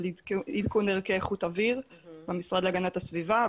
לעדכון ערכי איכות אוויר במשרד להגנת הסביבה.